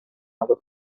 other